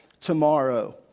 tomorrow